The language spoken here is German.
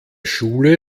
schule